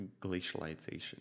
glacialization